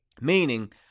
meaning